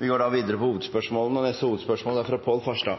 Vi går da videre til neste hovedspørsmål.